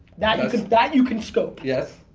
that and that you can scope. yes.